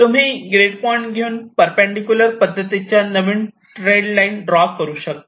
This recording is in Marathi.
तुम्ही ग्रीड पॉईंट घेऊन परपेंडिकुलर पद्धतीच्या नवीन ट्रेल लाईन ड्रॉ करू शकतात